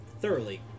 thoroughly